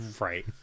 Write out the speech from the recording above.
Right